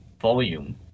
volume